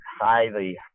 highly